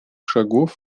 шагов